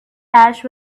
ash